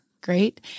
Great